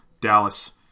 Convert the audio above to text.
Dallas